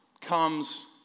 comes